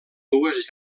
dues